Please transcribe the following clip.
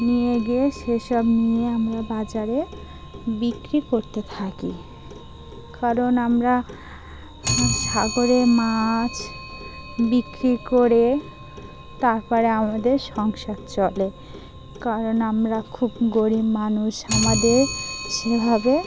নিয়ে গিয়ে সেসব নিয়ে আমরা বাজারে বিক্রি করতে থাকি কারণ আমরা সাগরে মাছ বিক্রি করে তারপরে আমাদের সংসার চলে কারণ আমরা খুব গরিব মানুষ আমাদের সেভাবে